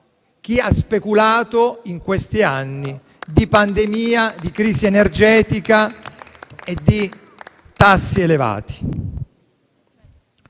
chi ha speculato in questi anni di pandemia, crisi energetica e tassi elevati.